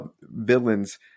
villains